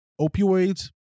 opioids